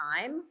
time